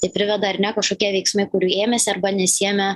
tai priveda ar ne kažkokie veiksmai kurių ėmėsi arba nesiėmė